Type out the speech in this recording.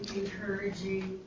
encouraging